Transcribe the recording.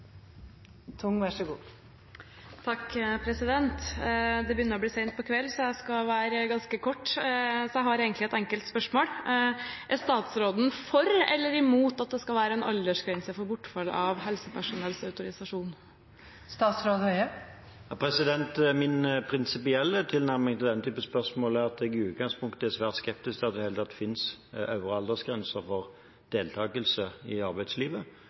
på kveld, så jeg skal være ganske kort. Jeg har bare et enkelt spørsmål: Er statsråden for eller imot at det skal være en aldersgrense for bortfall av helsepersonells autorisasjon? Min prinsipielle tilnærming til den type spørsmål er at jeg i utgangspunktet er svært skeptisk til at det i det hele tatt finnes øvre aldersgrenser for deltakelse i arbeidslivet.